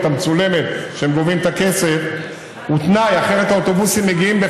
גידלה אותנו למופת בימים שהמדינה שלנו עצמה הייתה על הברכיים,